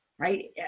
Right